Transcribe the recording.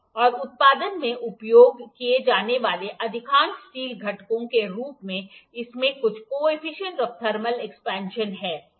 और उत्पादन में उपयोग किए जाने वाले अधिकांश स्टील घटकों के रूप में इसमें कुछ कॉएफिशिएंट आफ थर्मल एक्सपेंशन है